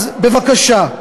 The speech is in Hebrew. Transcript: אז בבקשה.